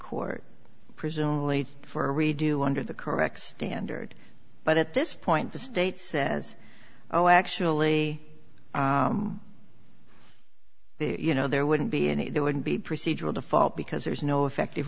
court presumably for a redo under the correct standard but at this point the state says oh actually you know there wouldn't be any there wouldn't be procedural default because there's no effective